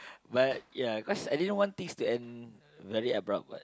but ya cause I didn't want things to end very abrupt [what]